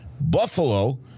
Buffalo